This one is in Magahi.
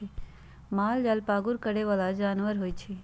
मालजाल पागुर करे बला जानवर होइ छइ